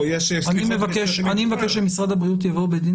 יש סליחות --- אני מבקש שמשרד הבריאות יבוא בדין